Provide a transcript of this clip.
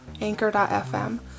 Anchor.fm